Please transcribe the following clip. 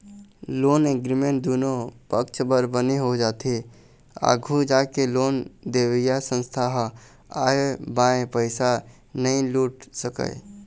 loan agreement दुनो पक्छ बर बने हो जाथे आघू जाके लोन देवइया संस्था ह आंय बांय पइसा नइ लूट सकय